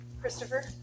Christopher